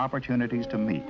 opportunities to me